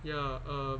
ya uh